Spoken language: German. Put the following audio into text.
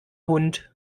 hund